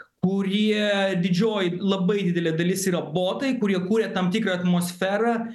kurie didžioji labai didelė dalis yra botai kurie kuria tam tikrą atmosferą